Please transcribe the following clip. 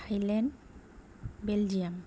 Thailand Belgium